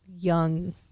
young